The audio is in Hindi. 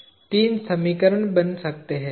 तीन समीकरण बन सकते हैं